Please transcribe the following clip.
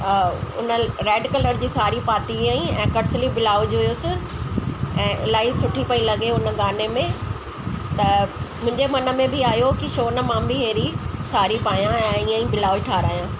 उन red colour जी साड़ी पाती आई ऐं कट स्लीव ब्लाउज हुयसि ऐं इलाही सुठी पई लॻे उन गाने में त मुंहिंजे मन में बि आयो की छो न मां बि अहिड़ी साड़ी पायां ऐं ईअं ई ब्लाउज ठहारायां